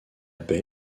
paix